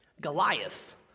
Goliath